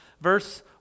Verse